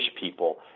people